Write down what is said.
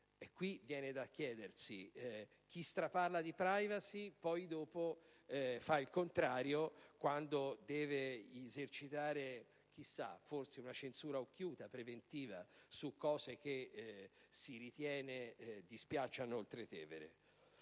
Viene da pensare che chi straparla di *privacy*, poi fa il contrario quando deve esercitare - chissà - forse una censura occhiuta e preventiva su cose che si ritiene dispiacciano Oltretevere.